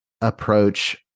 approach